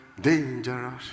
Dangerous